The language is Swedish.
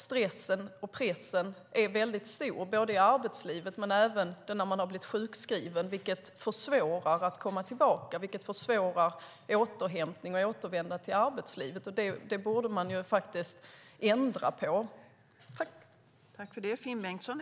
Stressen och pressen är stor både i arbetslivet och när man har blivit sjukskriven, vilket försvårar återhämtning och ett återvändande till arbetslivet. Det borde man ändra på.